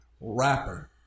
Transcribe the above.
rapper